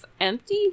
empty